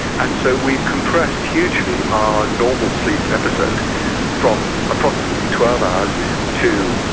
and so we've compressed hugely our normal sleep episode from approximately twelve hours to,